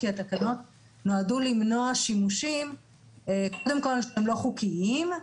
כי התקנות נועדו למנוע שימושים קודם כל שהם לא חוקיים,